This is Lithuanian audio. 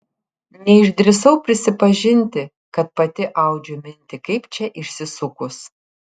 neišdrįsau prisipažinti kad pati audžiu mintį kaip čia išsisukus